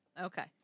okay